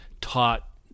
taught